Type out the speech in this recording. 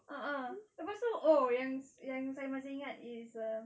a'ah lepas tu oh yang yang saya masih ingat is a